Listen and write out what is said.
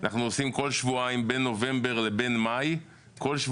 בין נובמבר למאי אנחנו עושים